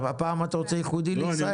הפעם אתה רוצה ייחודי לישראל?